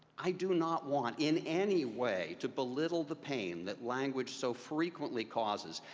i do not want in any way to belittle the pain that language so frequently causes.